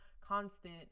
constant